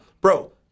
bro